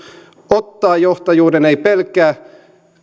ottaa johtajuuden ei pelkää